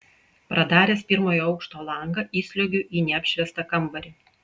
pradaręs pirmojo aukšto langą įsliuogiu į neapšviestą kambarį